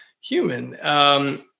human